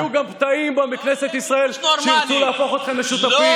ויהיו גם פתאים בכנסת ישראל שירצו להפוך אתכם לשותפים.